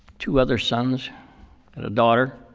two other sons and a daughter.